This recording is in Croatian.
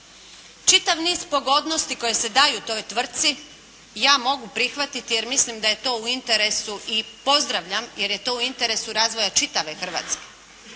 Čitav niz pogodnosti koje se daju toj tvrtci ja mogu prihvatiti jer mislim da je to u interesu i pozdravljam, jer je to u interesu razvoja čitave Hrvatske,